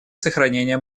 сохранение